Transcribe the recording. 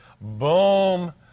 boom